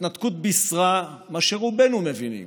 ההתנתקות בישרה את מה שרובנו מבינים,